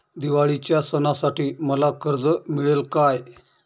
दिवाळीच्या सणासाठी मला कर्ज मिळेल काय?